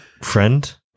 Friend